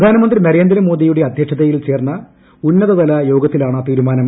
പ്രധാനമന്ത്രി നരേന്ദ്രമോദിയുടെ അധ്യക്ഷതയിൽ ചേർന്ന ഉന്നതതല യോഗത്തിലാണ് തീരുമാനം